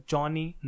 Johnny